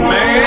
Man